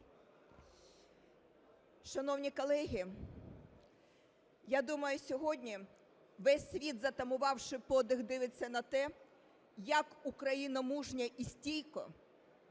Шановні колеги, я думаю, сьогодні весь світ, затамувавши подих, дивиться на те, як Україна мужньо і стійко,